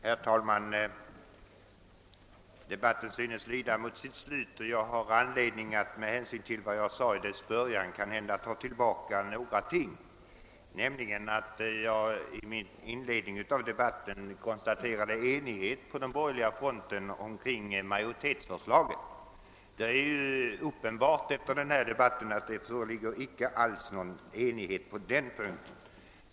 Herr talman! Debatten lider mot sitt slut, och jag måste nu ta tillbaka något av vad jag sade tidigare. I mitt inledningsanförande konstaterade jag nämligen att det på den borgerliga fronten rådde enighet om majoritetens förslag. Efter den förda debatten är det uppenbart att någon sådan enighet inte föreligger.